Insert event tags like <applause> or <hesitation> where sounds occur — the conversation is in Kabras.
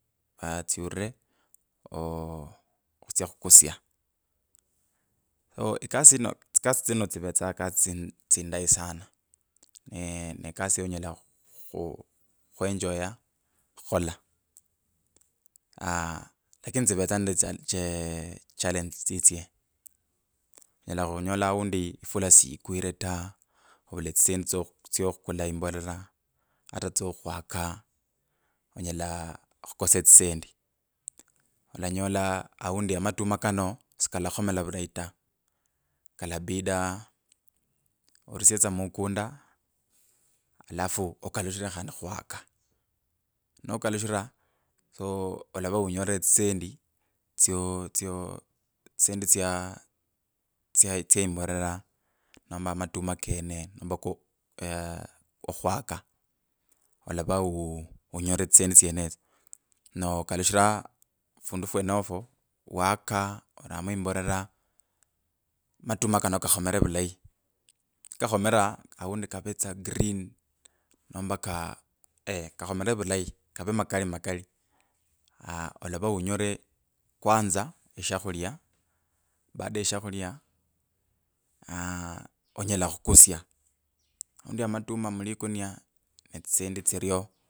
Naa tswure khutsia khukusia tsikasi tsino tsivetsanga tsindayi sana <hesitation> kekasi yonyela khwenjoya <hesitation> khukhola aaa lakini tsivetsanga nende tsichalengi tsitsi onyala khunyola avundu ifula siyekwile taa avual tsisendi tso kuhukula imbolera khata tsino khwaka onyela khukosa tsisendi, anyala aundi amatuma kano sikalakhomela vulayi taa kalabida ovusie tsa mukunda alafu okalushile tsa okwaka nokalushilaa soo olava unyore etsisendi, tsisendi too. tsoo imbolera ama matuma kane nomba ko okhwaka olava uu unyole tsisendi tsenetsyo noo kalushilaa fundu fwonofo waka oramo imbolera matuma kenako kakhomela vulayi, nikakhomela aundi kavetsa green nombe kaa <hesitation> kakhomela vulayi kave malali olava unyole kwnza eshakhulya baada ya eshakhulya aaa onyole khukusya aundi matuma mulikania tsisendi tsirio.